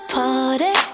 party